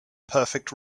perfect